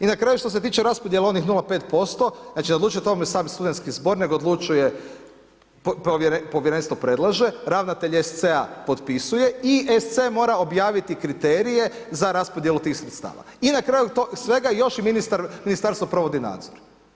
I na kraju što se tiče raspodjele onih 0,5% znači ne odlučuje o tome sam studentski zbor nego odlučuje povjerenstvo predlaže, ravnatelj SC-a potpisuje i SC mora objaviti kriterije za raspodjelu tih sredstava i na kraju svega još i ministarstvo provodi nadzor.